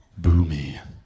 boomy